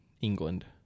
England